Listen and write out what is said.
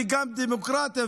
גם דמוקרטיה,